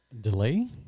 Delay